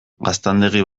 gaztandegi